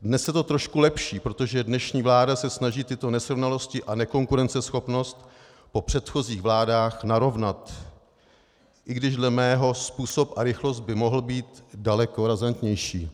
Dnes je to trošku lepší, protože dnešní vláda se snaží tyto nesrovnalosti a nekonkurenceschopnost po předchozích vládách narovnat, i když dle mého způsob a rychlost by mohly být daleko razantnější.